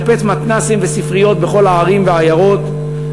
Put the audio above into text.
לשפץ מתנ"סים וספריות בכל הערים והעיירות,